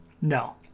No